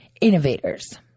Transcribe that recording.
innovators